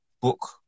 book